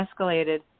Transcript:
escalated